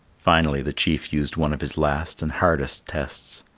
finally, the chief used one of his last and hardest tests.